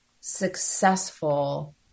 successful